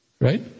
Right